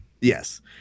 yes